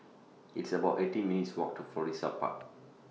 It's about eighteen minutes' Walk to Florissa Park